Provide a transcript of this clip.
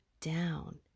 down